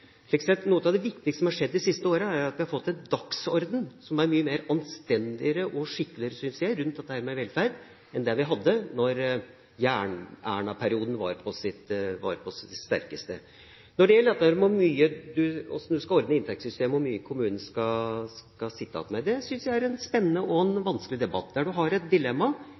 Slik sett er noe av det viktigste som har skjedd de siste årene, at vi har fått en dagsorden som er mye mer anstendig og skikkelig, synes jeg, rundt dette med velferd, enn det vi hadde da Jern-Erna-perioden var på sitt sterkeste. Når det gjelder hvordan en skal ordne inntektssystemet og hvor mye kommunene skal sitte igjen med, synes jeg det er en spennende og en vanskelig debatt. Der har en et dilemma